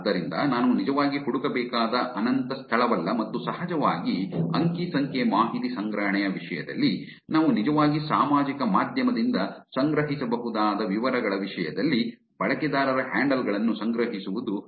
ಆದ್ದರಿಂದ ನಾನು ನಿಜವಾಗಿ ಹುಡುಕಬೇಕಾದ ಅನಂತ ಸ್ಥಳವಲ್ಲ ಮತ್ತು ಸಹಜವಾಗಿ ಅಂಕಿ ಸಂಖ್ಯೆ ಮಾಹಿತಿ ಸಂಗ್ರಹಣೆಯ ವಿಷಯದಲ್ಲಿ ನಾವು ನಿಜವಾಗಿ ಸಾಮಾಜಿಕ ಮಾಧ್ಯಮದಿಂದ ಸಂಗ್ರಹಿಸಬಹುದಾದ ವಿವರಗಳ ವಿಷಯದಲ್ಲಿ ಬಳಕೆದಾರರ ಹ್ಯಾಂಡಲ್ ಗಳನ್ನು ಸಂಗ್ರಹಿಸುವುದು ಸುಲಭ